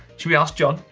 shall we ask john?